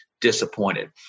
disappointed